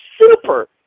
super